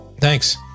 Thanks